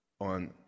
on